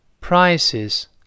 prices